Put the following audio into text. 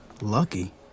Lucky